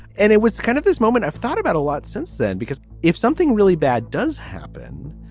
and it was kind of this moment i thought about a lot since then, because if something really bad does happen,